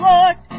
Lord